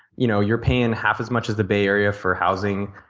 you know you're paying half as much as the bay area for housing.